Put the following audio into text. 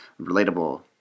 Relatable